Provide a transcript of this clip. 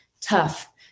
tough